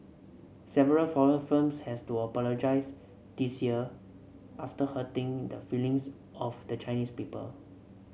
several foreign firms had to apologise this year after hurting the feelings of the Chinese people